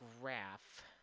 graph